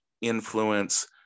influence